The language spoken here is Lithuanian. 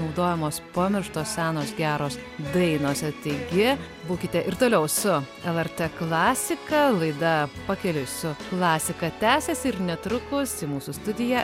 naudojamos pamirštos senos geros dainos taigi būkite ir toliau su lrt klasika laida pakeliui su klasika tęsiasi ir netrukus į mūsų studiją